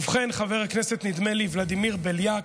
ובכן, נדמה לי, חבר הכנסת ולדימיר בליאק,